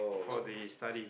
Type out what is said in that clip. for the study